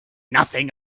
nothing